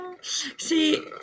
See